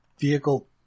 vehicle